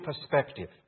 perspective